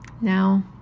now